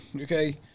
okay